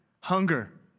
hunger